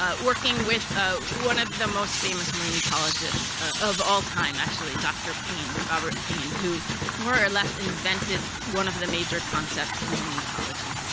ah working with ah one of the most famous marine ecologist of all time actually dr. paine, robert paine who more or less invented one of the major concepts in marine ecology.